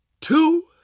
two